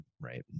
right